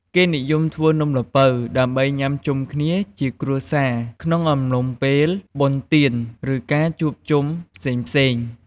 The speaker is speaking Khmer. គេនិយមធ្វើនំល្ពៅ ដើម្បីញុាំជុំគ្នាជាគ្រួសារក្នុងអំឡុងពេលបុណ្យទាន ឬ ការជួបជុំផ្សេងៗ។